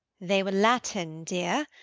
they were latin, dear.